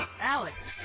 Alex